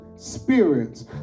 spirits